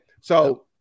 So-